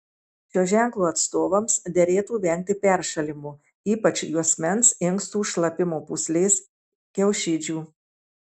šio ženklo atstovams derėtų vengti peršalimo ypač juosmens inkstų šlapimo pūslės kiaušidžių